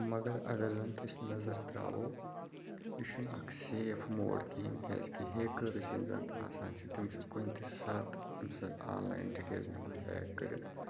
مگر اگر زَنتہِ أسۍ نظر ترٛاوو یہِ چھُنہٕ اَکھ سیف موڈ کِہیٖنۍ کیٛازِکہِ ہیکٲرٕس یِم زَنتہِ آسان چھِ تِم چھِ کُنہِ تہِ ساتہٕ أمۍ سٕنٛز آن لایِن ڈِٹیل نِوان ہیک کٔرِتھ